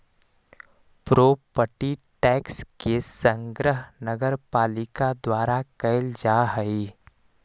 property tax के संग्रह नगरपालिका द्वारा कैल जा हई